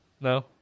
No